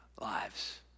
lives